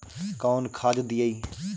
कौन खाद दियई?